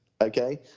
Okay